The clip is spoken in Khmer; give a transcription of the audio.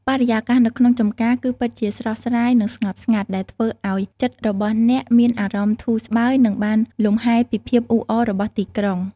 បរិយាកាសនៅក្នុងចម្ការគឺពិតជាស្រស់ស្រាយនិងស្ងប់ស្ងាត់ ដែលធ្វើឱ្យចិត្តរបស់អ្នកមានអារម្មណ៍ធូរស្បើយនិងបានលម្ហែពីភាពអ៊ូអររបស់ទីក្រុង។